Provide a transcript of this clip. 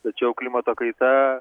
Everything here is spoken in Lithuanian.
tačiau klimato kaita